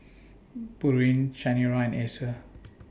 Pureen Chanira and Acer